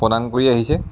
প্ৰদান কৰি আহিছে